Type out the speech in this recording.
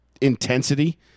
intensity